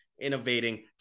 innovating